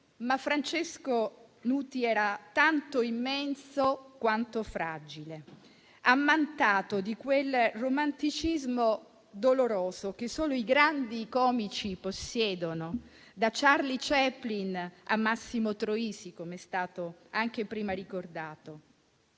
Ma Francesco Nuti era tanto immenso quanto fragile, ammantato di quel romanticismo doloroso che solo i grandi comici possiedono, da Charlie Chaplin a Massimo Troisi, come è stato anche prima ricordato.